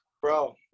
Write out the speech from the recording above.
Bro